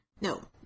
No